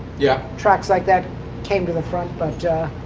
yeah tracks like that came to the front. but